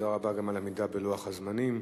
תודה רבה גם על העמידה בלוח הזמנים.